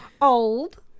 Old